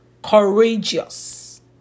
courageous